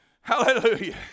hallelujah